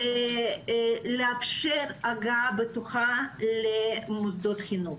ולאפשר הגעה בטוחה למוסדות החינוך.